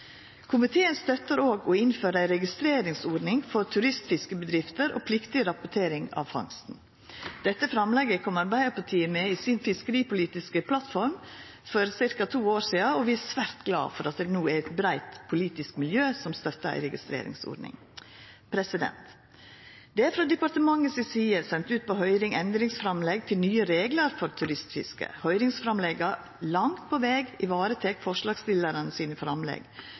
Komiteen støttar òg å innføra ei registreringsordning for turistfiskebedrifter og pliktig rapportering av fangsten. Dette framlegget kom Arbeidarpartiet med i den fiskeripolitiske plattforma si for ca. to år sidan, og vi er svært glade for at eit breitt politisk miljø no støttar ei registreringsordning. Det er frå departementet si side sendt ut på høyring endringsframlegg til nye reglar for turistfiske. Høyringsframlegga varetek langt på veg framleggsstillarane sine framlegg.